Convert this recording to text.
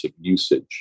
usage